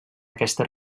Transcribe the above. aquesta